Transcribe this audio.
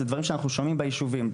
אלה דברים שאנחנו שומעים ביישובים.